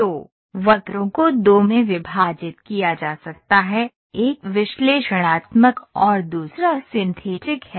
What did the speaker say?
तो वक्रों को दो में विभाजित किया जा सकता है एक विश्लेषणात्मक और दूसरा सिंथेटिक है